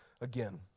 again